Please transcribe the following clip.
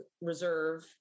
reserve